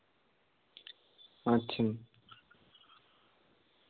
ᱟᱪᱪᱷᱟ